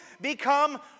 become